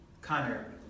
Connor